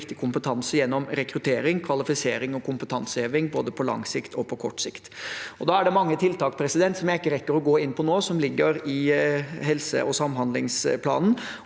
kompetanse gjennom rekruttering, kvalifisering og kompetanseheving på både lang og kort sikt. Da er det mange tiltak som jeg ikke rekker å gå inn på nå, som ligger i helse- og samhandlingsplanen.